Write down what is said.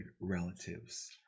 relatives